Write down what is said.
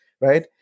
right